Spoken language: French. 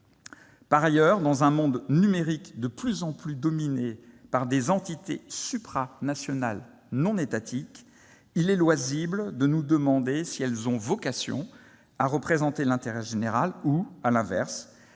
Par ailleurs, dans un monde numérique de plus en plus dominé par des entités supranationales non étatiques, il est loisible de nous demander si celles-ci ont vocation à représenter l'intérêt général ou, à l'inverse,